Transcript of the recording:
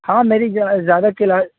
ہاں میری زیادہ کلاس